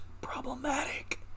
problematic